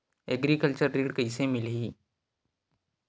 Agriculture ऋण कइसे मिलही?